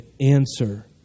answer